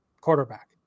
quarterback